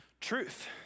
truth